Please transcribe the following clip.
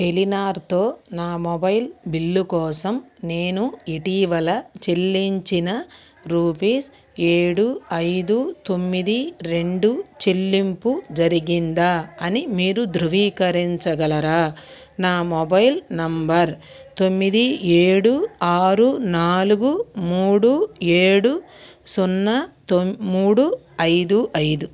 టెలినార్తో నా mobile bill కోసం నేను ఇటీవల చెల్లించిన రూపీస్ ఏడు ఐదు తొమ్మిది రెండు చెల్లింపు జరిగిందా అని మీరు ధృవీకరించగలరా నా మొబైల్ నంబర్ తొమ్మిది ఏడు ఆరు నాలుగు మూడు ఏడు సున్నా మూడు ఐదు ఐదు